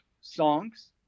songs